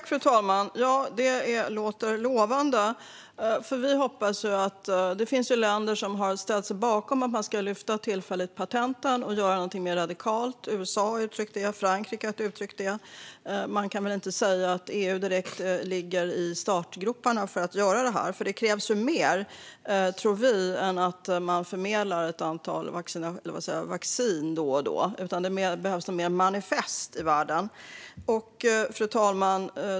Fru talman! Ja, det låter lovande. Det finns länder som har ställt sig bakom förslaget att tillfälligt lyfta patenten och göra något mer radikalt. USA och Frankrike har uttryckt detta. Man kan väl inte säga att EU direkt ligger i startgroparna för att göra detta. Det krävs mer än att förmedla ett antal doser vaccin då och då - det behövs något mer manifest i världen. Fru talman!